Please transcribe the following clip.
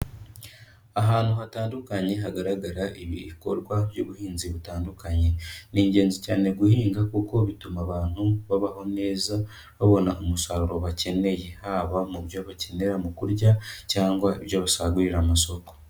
Ahantu hatandukanye hagaragara ibikorwa by'ubuhinzi butandukanye. Ni ingenzi cyane guhinga kuko bituma abantu babaho neza, babona umusaruro bakeneye, haba mu byo bakenera mu kurya cyangwa ibyo basagurira amasoko.